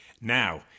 Now